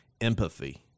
empathy